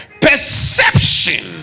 perception